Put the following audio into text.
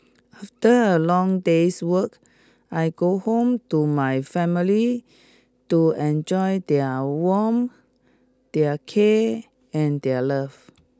after a long day's work I go home to my family to enjoy their warmth their care and their love